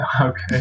Okay